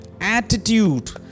attitude